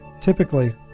Typically